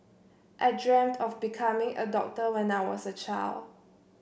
I dreamt of becoming a doctor when I was a child